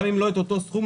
גם אם לא את אותו סכום,